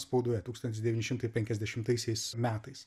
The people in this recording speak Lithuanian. spaudoje tūkstantis devyni šimtai penkiasdešimtaisiais metais